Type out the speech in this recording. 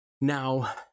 Now